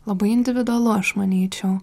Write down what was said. labai individualu aš manyčiau